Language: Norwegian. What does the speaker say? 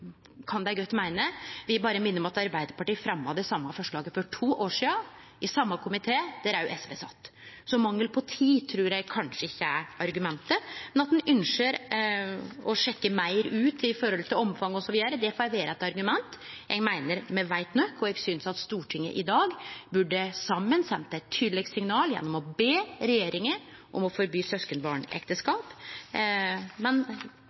kan dei godt meine. Eg vil minne om at Arbeidarpartiet fremja det same forslaget for to år sidan, i same komité, der òg SV sat. Mangel på tid trur eg kanskje ikkje er argumentet, men at ein ynskjer å sjekke meir ut om omfang osv., får vere eit argument. Eg meiner me veit nok, og eg synest at Stortinget i dag saman burde sendt eit tydeleg signal gjennom å be regjeringa om å forby